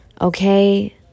okay